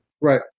right